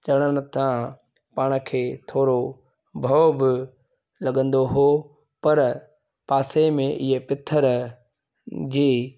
चढ़ण तां पाण खे थोड़ो भउ बि लॻंदो हुओ पर पासे में ईअं पथर जी